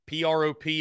PROP